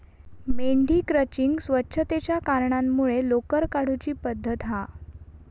मेंढी क्रचिंग स्वच्छतेच्या कारणांमुळे लोकर काढुची पद्धत हा